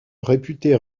réputée